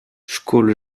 skol